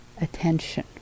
attention